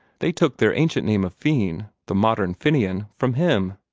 they took their ancient name of feine, the modern fenian, from him.